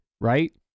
right